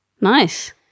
Nice